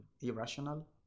irrational